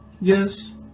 yes